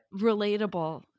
relatable